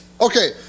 Okay